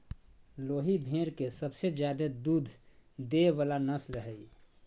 लोही भेड़ के सबसे ज्यादे दूध देय वला नस्ल हइ